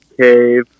cave